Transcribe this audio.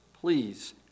Please